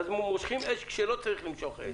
ואז מושכים אש כשלא צריך למשוך אש.